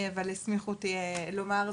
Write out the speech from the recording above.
אבל הסמיכו אותי לומר זאת,